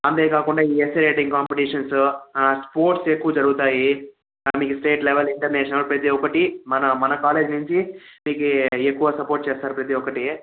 అంతేకాకుండా ఈ essay writing competitions sports ఎక్కువ జరుగుతాయి మీకు స్టేట్ లెవెల్ ఇంటర్నేషనల్ ప్రతీ ఒకటి మన మన కాలేజ్ నుంచి మీకు ఎక్కువ సపోర్ట్ చేస్తారు ప్రతీ ఒకటి